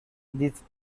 these